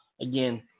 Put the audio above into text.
Again